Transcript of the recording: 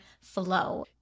flow